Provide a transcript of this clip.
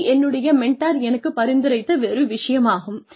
இது என்னுடைய மெண்டார் எனக்குப் பரிந்துரைத்த ஒரு விஷயம் ஆகும்